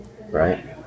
right